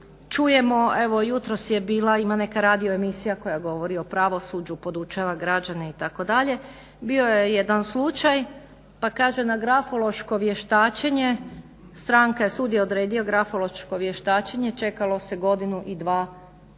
čujemo evo jutros je bila ima neka radioemisija koja govori o pravosuđu, podučava građane itd. bio je jedan slučaj pa kaže na grafološko vještačenje stranke, sud je odredio grafološko vještačenje, čekalo se godinu dana